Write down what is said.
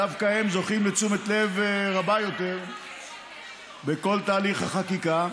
דווקא הם זוכים לתשומת לב רבה יותר בכל תהליך החקיקה,